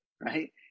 right